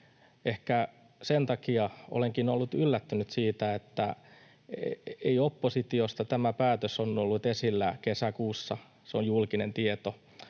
Ehkä sen takia olenkin ollut yllättynyt siitä, että vaikka tämä päätös on ollut esillä kesäkuussa ja se on julkinen tieto,